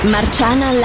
Marciana